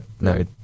no